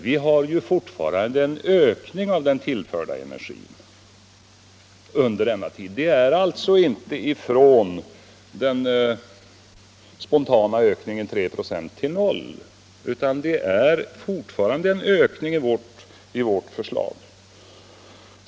Vi har fortfarande en ökning av den tillförda energin under denna tid. Det är alltså inte fråga om att minska den spontana ökningen från 3 96 till 0, utan vårt förslag innebär fortfarande en ökning.